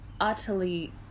utterly